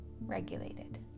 regulated